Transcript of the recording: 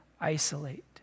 isolate